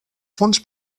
fons